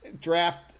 draft